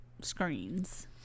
screens